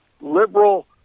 liberal